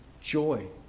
joy